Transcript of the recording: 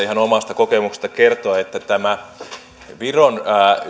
ihan omasta kokemuksesta kertoa että tämä viron